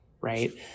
right